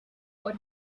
what